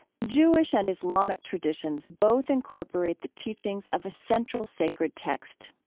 jewish and islamic traditions both incorporate the teachings of a central sacred text.